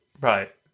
Right